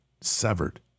severed